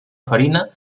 farina